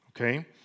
okay